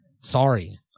sorry